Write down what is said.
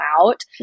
out